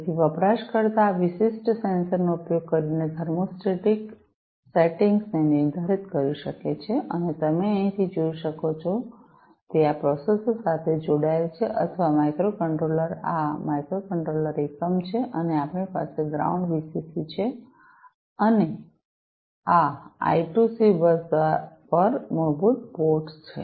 તેથી વપરાશકર્તા આ વિશિષ્ટ સેન્સરનો ઉપયોગ કરીને થર્મોસ્ટેટિક સેટિંગ્સ ને નિર્ધારિત કરી શકે છે અને તમે અહીંથી જોઈ શકો છો તે આ પ્રોસેસર સાથે જોડાયેલ છે અથવા માઇક્રોકન્ટ્રોલર આ આ માઇક્રોકન્ટ્રોલર એકમ છે અને આપણી પાસે ગ્રાઉંડ વીસીસી છે અને આ I2C બસ પર મૂળભૂત પોર્ટ્સ છે